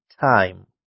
time